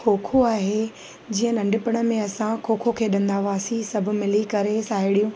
खो खो आहे जीअं नंढपिण में असां खो खो खेॾंदा हुआसीं सभु मिली करे साहिड़ियूं